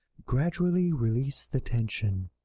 gradually released the tension,